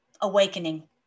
awakening